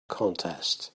contest